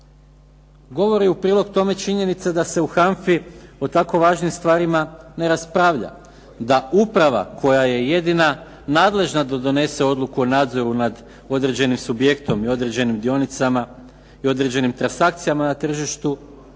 Govori u prilog tome činjenica se u HANFA-i o tako važnim stvarima ne raspravlja, da uprava koja je jedina nadležna da donese odluku o nadzoru nad određenim subjektom i određenim dionicama i određenim transakcijama na tržištu